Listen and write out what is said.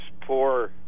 poor